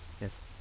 Yes